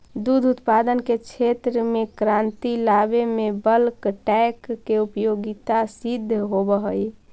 दुध उत्पादन के क्षेत्र में क्रांति लावे में बल्क टैंक के उपयोगिता सिद्ध होवऽ हई